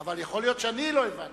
אבל יכול להיות שאני לא הבנתי.